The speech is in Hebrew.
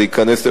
זה ייכנס,